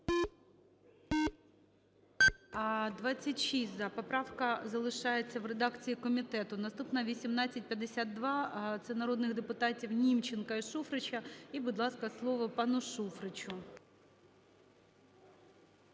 За-26 Поправка залишається в редакції комітету. Наступна – 1852, це народних депутатів Німченка і Шуфрича. І, будь ласка, слово пану Шуфричу.